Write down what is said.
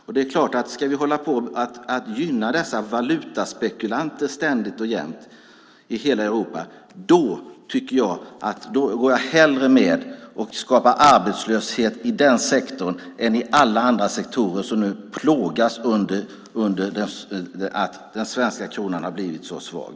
Om vi ständigt och jämt ska hålla på att gynna valutaspekulanterna i Europa går jag hellre med och skapar arbetslöshet i den sektorn än i alla andra sektorer som nu plågas av att den svenska kronan har blivit så svag.